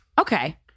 Okay